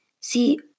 see